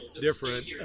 different